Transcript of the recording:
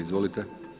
Izvolite.